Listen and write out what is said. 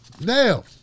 Now